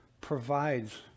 provides